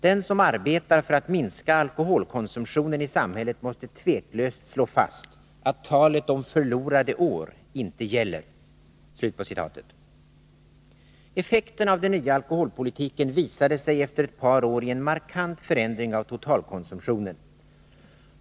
Den som arbetar för att minska alkoholkonsumtionen i samhället måste tveklöst slå fast att talet om förlorade år inte gäller.” Effekterna av den nya alkoholpolitiken visade sig efter ett par år i en markant förändring av totalkonsumtionen.